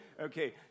Okay